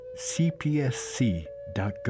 cpsc.gov